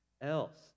else